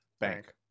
bank